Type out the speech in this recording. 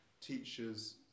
teachers